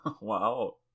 Wow